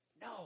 No